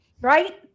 right